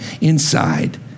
inside